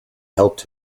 helped